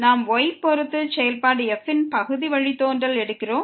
நாம் y பொறுத்து செயல்பாடு f ன் பகுதி வழித்தோன்றலை எடுக்கிறோம்